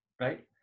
right